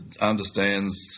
understands